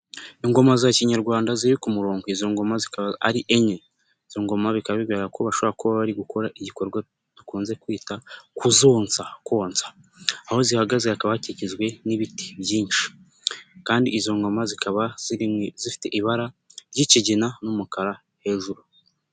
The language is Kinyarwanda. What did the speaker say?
Ingoma za kinyarwanda ziri ku murongo, izo ngoma zikaba ari enye, izo ngoma bikaba bigaragara ko bashobora kuba bari gukora igikorwa dukunze kwita kuzonsa, konsa, aho zihagaze hakaba hakigizwe n'ibiti byinshi kandi izo ngoma zikaba zifite ibara ry'ikigina n'umukara hejuru.